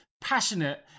passionate